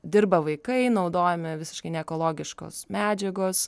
dirba vaikai naudojami visiškai neekologiškos medžiagos